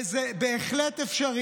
וזה בהחלט אפשרי.